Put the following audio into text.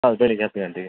ಹೌದು ಬೆಳಿಗ್ಗೆ ಹತ್ತು ಗಂಟೆಗೆ